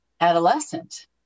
adolescent